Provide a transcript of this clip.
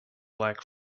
lack